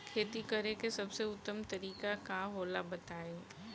खेती करे के सबसे उत्तम तरीका का होला बताई?